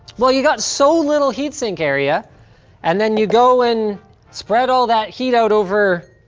well, you got so little heatsink area and then you go and spread all that heat out over